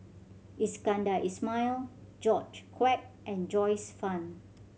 Iskandar Ismail George Quek and Joyce Fan